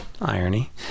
irony